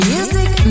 Music